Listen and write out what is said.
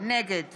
נגד